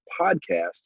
podcast